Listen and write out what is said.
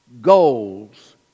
goals